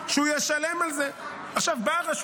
מה זה שונה --- מעונות,